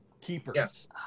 keepers